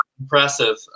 impressive